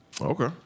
Okay